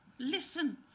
Listen